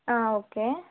ஆ okay